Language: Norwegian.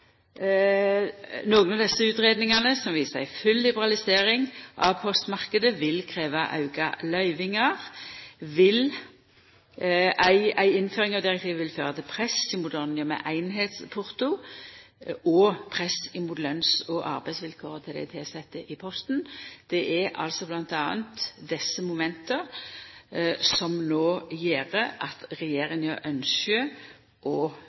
av desse utgreiingane som viser at full liberalisering av postmarknaden vil krevja auka løyvingar. Ei innføring av direktivet vil føra til press mot ordninga mot einskapsporto og press mot lønns- og arbeidsvilkåra til dei tilsette i Posten. Det er m.a. desse momenta som no gjer at regjeringa ynskjer å